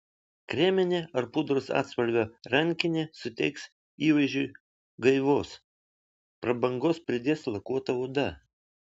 kreminė ar pudros atspalvio rankinė suteiks įvaizdžiui gaivos prabangos pridės lakuota oda